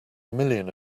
million